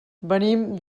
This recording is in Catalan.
venim